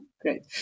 Great